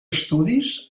estudis